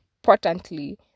importantly